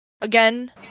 Again